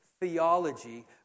theology